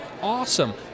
awesome